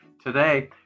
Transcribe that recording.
today